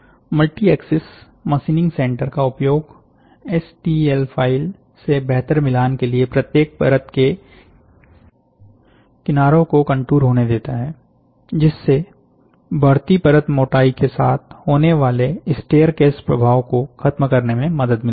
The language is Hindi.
मल्टी एक्सिस मशीनिंग सेंटर का उपयोग एसटीएल फाइल से बेहतर मिलान के लिए प्रत्येक परत के किनारों को कंटूर होने देता है जिससे बढ़ती परत मोटाई के साथ होने वाले स्टेयरकेस प्रभाव को खत्म करने में मदद मिलती है